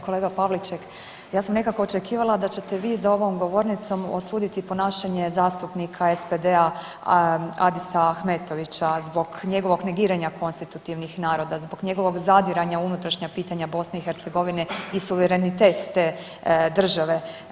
Kolega Pavliček, ja sam nekako očekivala da ćete vi za ovom govornicom osuditi ponašanje zastupnika SPD-a Adisa Ahmetovića zbog njegovog negiranja konstitutivnih naroda, zbog njegovog zadiranja u unutrašnja pitanja BiH i suverenitet te države.